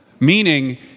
meaning